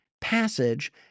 passage